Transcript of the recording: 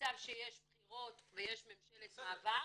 במצב שיש בחירות ויש ממשלת מעבר,